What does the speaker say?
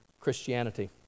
Christianity